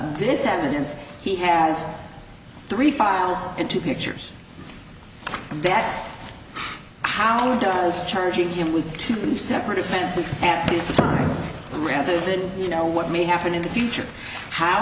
this evidence he has three files and two pictures that how does charging him with two separate offenses and disappearing rather than you know what may happen in the future how